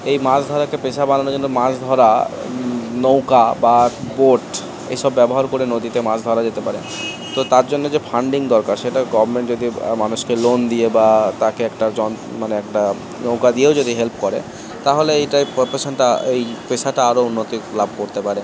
এই মাছ ধরাকে পেশা বানানোর জন্য মাছ ধরা নৌকা বা বোট এসব ব্যবহার করে নদীতে মাছ ধরা যেতে পারে তো তার জন্যে যে ফান্ডিং দরকার সেটা গভর্নমেন্ট যদি মানুষকে লোন দিয়ে বা তাকে একটা য মানে একটা নৌকা দিয়েও যদি হেল্প করে তাহলে এইটা প্রফেশানটা এই পেশাটা আরও উন্নতি লাভ করতে পারে